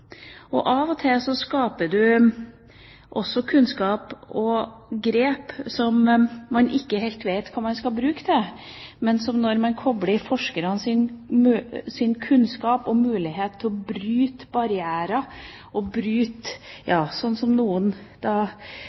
Av og til skaper man også kunnskap og grep som man ikke helt vet hva man skal bruke til, men når man kobler inn forskernes kunnskap og mulighet til å bryte barrierer, skjønner man det – sånn som at noen